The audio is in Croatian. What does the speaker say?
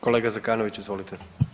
Kolega Zekanović, izvolite.